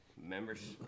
members